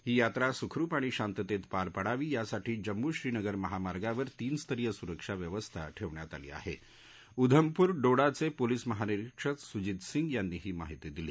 ही यात्रा सुखरूप आणि शांतत्त्वपार पडावी यासाठी जम्मू श्रीनगर महामार्गावर तीन स्तरीय सुरक्षा व्यवस्था ठक्षियात आली आहा उधमपुर डोडाचप्रीलिस महानिरीक्षक सुजित सिंग यांनी ही माहिती दिली